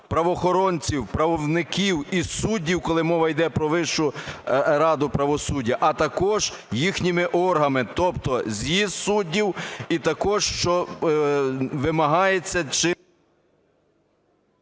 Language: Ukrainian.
правоохоронців, правників і суддів, коли мова йде про Вищу раду правосуддя, а також їхніми органами, тобто з'їзд суддів. І також що вимагається…